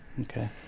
Okay